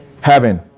Heaven